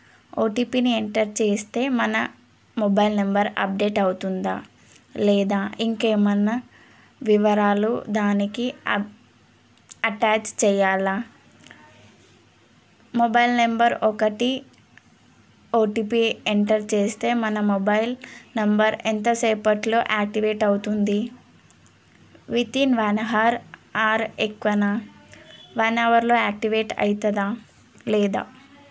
ఓటీపీని ఎంటర్ చేస్తే మన మొబైల్ నంబర్ అప్డేట్ అవుతుందా లేదా ఇంకేమైనా వివరాలు దానికి అటాచ్ చేయాలా మొబైల్ నంబర్ ఒకటి ఓటీపీ ఎంటర్ చేస్తే మన మొబైల్ నంబర్ ఎంతసేపట్లో యాక్టివేట్ అవుతుంది విత్ఇన్ వన్ అవర్ ఆర్ ఎక్కువనా వన్ అవర్లో యాక్టివేట్ అవుతుందా లేదా